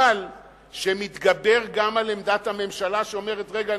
אבל שמתגבר גם על עמדת הממשלה שאומרת: רגע,